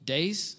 Days